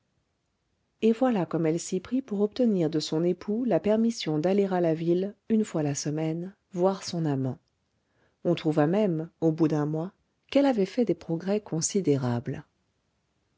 et voilà comme elle s'y prit pour obtenir de son époux la permission d'aller à la ville une fois la semaine voir son amant on trouva même au bout d'un mois qu'elle avait fait des progrès considérables